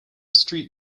street